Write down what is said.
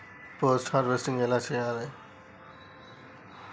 Post harvesting ఎలా చెయ్యాలే?